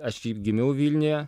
aš ir gimiau vilniuje